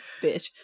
bitch